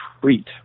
treat